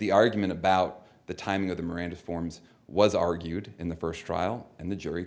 the argument about the timing of the miranda forms was argued in the first trial and the jury